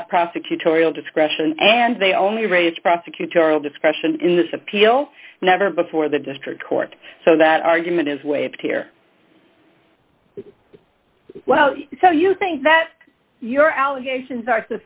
have prosecutorial discretion and they only raised prosecutorial discretion in this appeal never before the district court so that argument is way up here well so you think that your allegations are